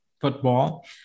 football